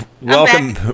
welcome